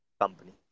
company